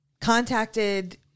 contacted